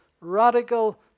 radical